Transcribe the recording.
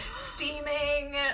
Steaming